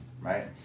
right